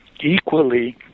equally